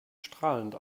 strahlend